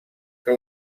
que